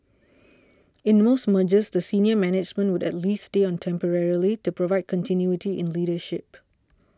in most mergers the senior management would at least stay on temporarily to provide continuity in leadership